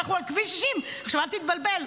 אנחנו על כביש 60. ואל תתבלבל,